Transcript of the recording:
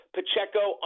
Pacheco